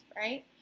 right